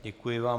Děkuji vám.